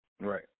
Right